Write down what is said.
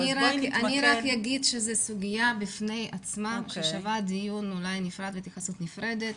רק אגיד שזאת סוגיה בפני עצמה ששווה דיון אולי נפרד והתייחסות נפרדת,